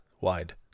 wide